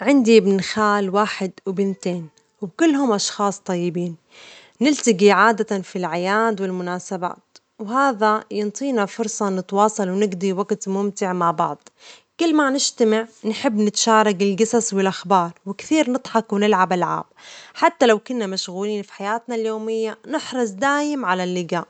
عندي بن خال واحد وبنتين، وكلهم أشخاص طيبين، نلتجي عادة في الأعياد والمناسبات، وهذا يعطينا فرصة نتواصل ونجضي وجت ممتع مع بعض، كلما نجتمع نحب نتشارك الجصص والأخبار، وكثير نضحك ونلعب ألعاب، حتى لو كنا مشغولين في حياتنا اليومية نحرص دايم على اللجاء،